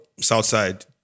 Southside